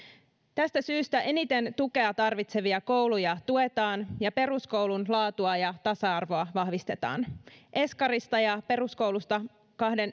tästä syystä eniten tukea tarvitsevia kouluja tuetaan ja peruskoulun laatua ja tasa arvoa vahvistetaan eskarista ja peruskoulusta